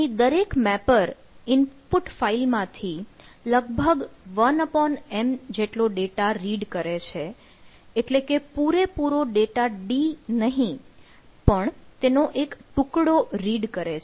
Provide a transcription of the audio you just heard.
અહીં દરેક mapper input ફાઈલમાંથી લગભગ 1M જેટલો ડેટા રીડ કરે છે એટલે કે પૂરેપૂરો ડેટા d નહીં પણ તેનો એક ટુકડો રીડ કરે છે